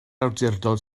awdurdod